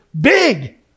big